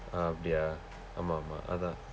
ah அப்படியா ஆமாம் ஆமாம் அதான்:appadiyaa aamaam aamaam athaan